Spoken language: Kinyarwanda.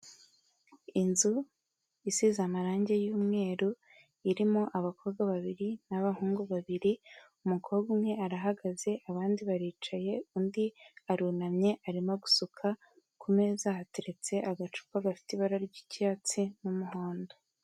Inzu isize amarange y'umweru irimo abakobwa babiri n'abahungu babiri, umukobwa umwe arahagaze abandi baricaye, undi arunamye arimo gusuka, ku meza hateretse agacupa gafite ibara ry'icyatsi n'umuhondo.